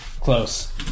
Close